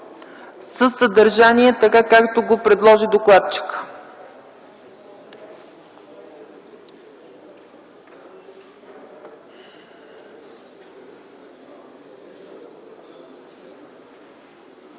със съдържание, така както го предложи докладчика.